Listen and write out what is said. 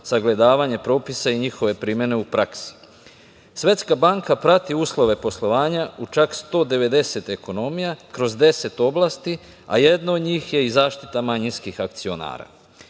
sagledavanje propisa i njihove primene u praksi. Svetska banka prati uslove poslovanja u čak 190 ekonomija, kroz deset oblasti, a jedna od njih je i zaštita manjinskih akcionara.